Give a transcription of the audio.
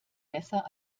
besser